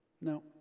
no